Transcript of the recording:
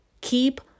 keep